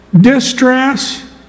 distress